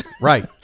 Right